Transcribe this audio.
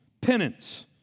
Penance